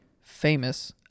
famous